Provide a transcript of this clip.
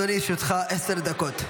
בבקשה, אדוני, לרשותך עשר דקות.